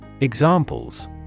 Examples